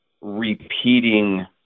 repeating